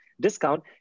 discount